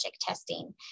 testing